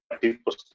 people